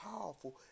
powerful